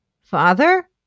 Father